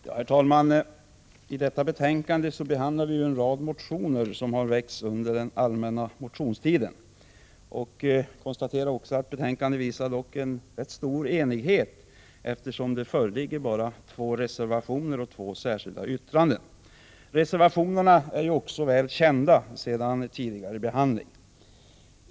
Herr talman! I detta betänkande behandlas en rad motioner som har väckts under den allmänna motionstiden. Jag konstaterar att betänkandet uppvisar stor enighet, eftersom det bara föreligger två reservationer och två särskilda yttranden. Reservationerna är också väl kända sedan tidigare behandling.